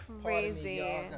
crazy